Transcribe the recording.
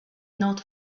not